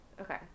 Okay